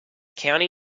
county